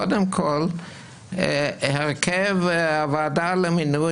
קודם כול הרכב הוועדה למינוי